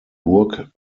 burg